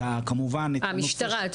את